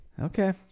Okay